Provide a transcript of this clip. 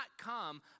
come